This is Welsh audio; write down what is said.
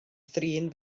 thrin